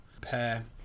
pair